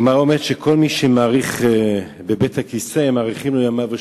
הגמרא אומרת שכל מי שמאריך בבית-הכיסא מאריכין לו ימיו ושנותיו.